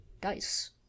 dice